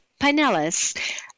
Pinellas